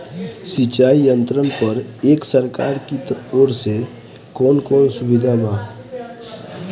सिंचाई यंत्रन पर एक सरकार की ओर से कवन कवन सुविधा बा?